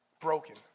broken